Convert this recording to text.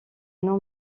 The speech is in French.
nom